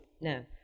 No